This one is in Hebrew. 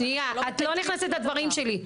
שנייה, את לא נכנסת בדברים שלי.